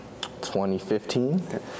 2015